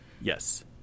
Yes